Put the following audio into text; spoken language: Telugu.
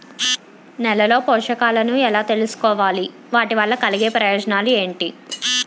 నేలలో పోషకాలను ఎలా తెలుసుకోవాలి? వాటి వల్ల కలిగే ప్రయోజనాలు ఏంటి?